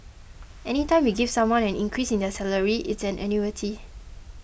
any time you give someone an increase in their salary it's an annuity